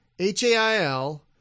H-A-I-L